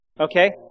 okay